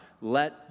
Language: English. Let